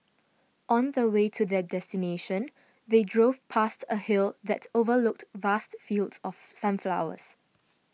on the way to their destination they drove past a hill that overlooked vast fields of sunflowers